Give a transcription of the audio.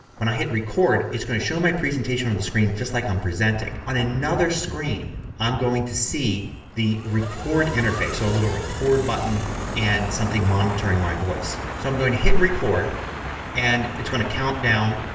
when i hit record it's going to show my presentation on the screen just like i'm presenting. on another screen i'm going to see the record interface. so a little record button and something monitoring my voice. so i'm going to hit record and it's going to countdown.